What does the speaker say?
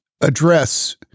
address